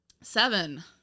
Seven